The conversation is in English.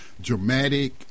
dramatic